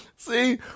See